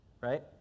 Right